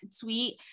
tweet